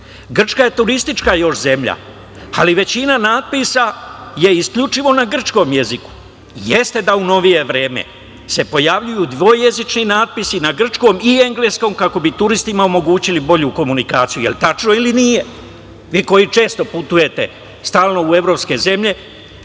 Grčka je turistička još zemlja, ali većina natpisa je isključivo na grčkom jeziku. Jeste da se u novije vreme pojavljuju dvojezični natpisi na grčkom i engleskom, kako bi turistima omogućili bolju komunikaciju. Jel, tačno ili nije? Vi koji često putujete, stalno u evropske zemlje,